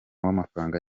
w’amafaranga